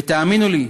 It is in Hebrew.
לעשות, ותאמינו לי,